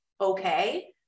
okay